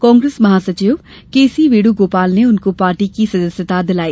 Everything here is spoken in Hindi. कांप्रेस महासचिव के सी वेणुगोपाल ने उनको पार्टी की सदस्यता दिलाई